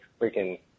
freaking